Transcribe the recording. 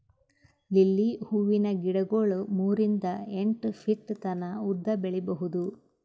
lily ಹೂವಿನ ಗಿಡಗೊಳ್ ಮೂರಿಂದ್ ಎಂಟ್ ಫೀಟ್ ತನ ಉದ್ದ್ ಬೆಳಿಬಹುದ್